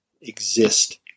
exist